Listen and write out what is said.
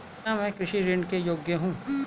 क्या मैं कृषि ऋण के योग्य हूँ?